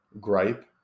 gripe